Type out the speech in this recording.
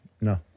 No